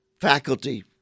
faculty